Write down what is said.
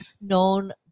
known